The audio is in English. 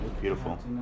beautiful